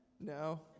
No